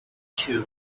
two